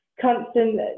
constant